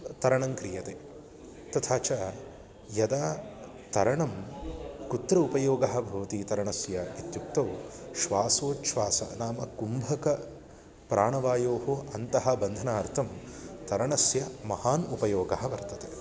तरणं क्रियते तथा च यदा तरणं कुत्र उपयोगः भवति तरणस्य इत्युक्ते श्वासोछ्वासः नाम कुम्भकप्राणवायोः अन्तः बन्धनार्थं तरणस्य महान् उपयोगः वर्तते